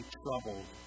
troubled